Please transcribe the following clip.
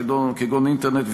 כגון אינטרנט,